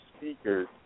speakers